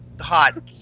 hot